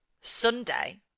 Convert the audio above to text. Sunday